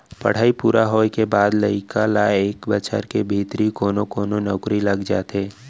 पड़हई पूरा होए के बाद लइका ल एक बछर के भीतरी कोनो कोनो नउकरी लग जाथे